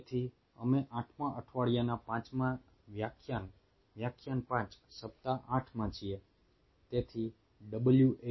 તેથી અમે આઠમા અઠવાડિયાના પાંચમા વ્યાખ્યાન વ્યાખ્યાન 5 સપ્તાહ 8 માં છીએ તેથી W 8 L 5